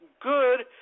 good